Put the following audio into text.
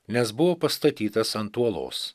nes buvo pastatytas ant uolos